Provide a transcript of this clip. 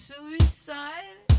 Suicide